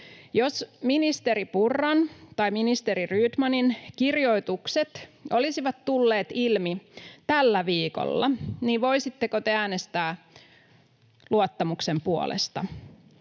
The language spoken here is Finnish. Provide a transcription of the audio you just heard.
jos ministeri Purran tai ministeri Rydmanin kirjoitukset olisivat tulleet ilmi tällä viikolla, niin voisitteko te äänestää luottamuksen puolesta?